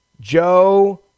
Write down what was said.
Joe